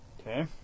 Okay